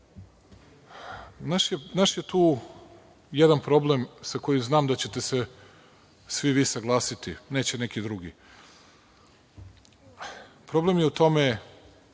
Naš je tu jedan problem sa kojim znam da ćete se svi vi saglasiti, neće neki drugi. Problem je u tome